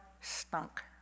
stunk